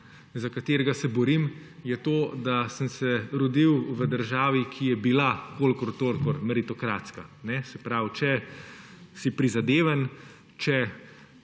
za katerega se borim, je to, da sem se rodil v državi, ki je bila kolikor toliko meritokratska, se pravi, če si prizadeven, če